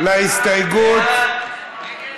ההסתייגות (2)